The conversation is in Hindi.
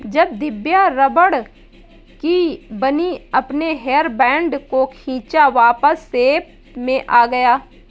जब दिव्या रबड़ की बनी अपने हेयर बैंड को खींचा वापस शेप में आ गया